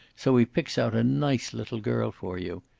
so he picks out a nice little girl for you.